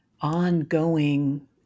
ongoing